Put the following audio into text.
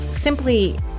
Simply